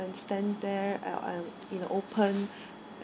and stand there uh in the open